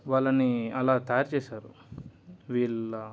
వాళ్ళని అలా తయారు చేశారు వీళ్ళ